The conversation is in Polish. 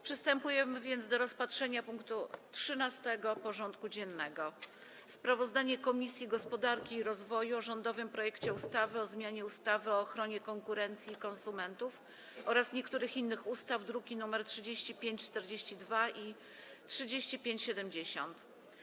Przystępujemy do rozpatrzenia punktu 13. porządku dziennego: Sprawozdanie Komisji Gospodarki i Rozwoju o rządowym projekcie ustawy o zmianie ustawy o ochronie konkurencji i konsumentów oraz niektórych innych ustaw (druki nr 3542 i 3570)